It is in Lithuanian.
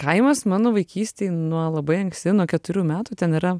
kaimas mano vaikystėj nuo labai anksti nuo keturių metų ten yra